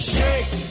Shake